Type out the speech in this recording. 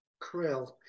Krill